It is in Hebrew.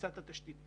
בפריסת התשתית.